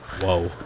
Whoa